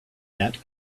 that